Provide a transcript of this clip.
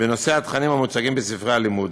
בנושא התכנים המוצגים בספרי הלימוד.